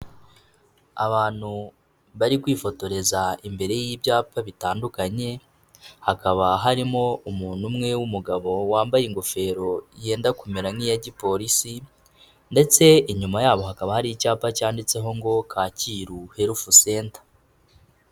Abantu bari kwifotoreza imbere y'ibyapa bitandukanye, hakaba harimo umuntu umwe w'umugabo wambaye ingofero yenda kumera nk'iya gipolisi ndetse inyuma yabo hakaba hari icyapa cyanditseho ngo Kacyiru Health center.